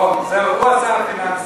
אוה, זהו, הוא שר הפיננסים.